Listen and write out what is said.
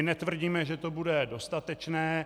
Netvrdíme, že to bude dostatečné...